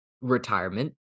retirement